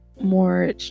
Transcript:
more